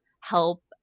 help